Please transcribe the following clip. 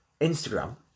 Instagram